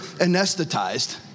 anesthetized